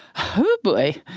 oh boy,